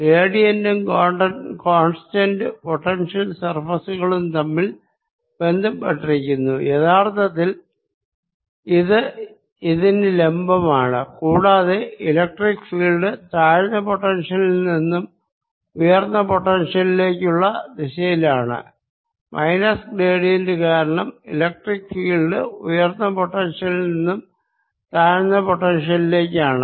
ഗ്രേഡിയ്ന്റും constant potential സർഫേസുകളും തമ്മിൽ ബന്ധപ്പെട്ടിരിക്കുന്നു യഥാർത്ഥത്തിൽ അത് ഇതിനു ലംബമാണ് കൂടാതെ ഇലക്ട്രിക്ക് ഫീൽഡ് താഴ്ന്ന പൊട്ടൻഷ്യലിൽ നിന്നും ഉയർന്ന പൊട്ടൻഷ്യലിലേക്കുള്ള ദിശയിലാണ് മൈനസ് ഗ്രേഡിയന്റ് കാരണം ഇലക്ട്രിക്ക് ഫീൽഡ് ഉയർന്ന പൊട്ടൻഷ്യലിൽ നിന്നും താഴ്ന്ന പൊട്ടൻഷ്യലിലേക്കാണ്